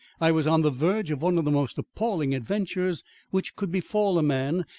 i was on the verge of one of the most appalling adventures which could befall a man,